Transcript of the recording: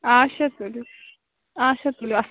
آچھا تُلِو آچھا تُلِو اَس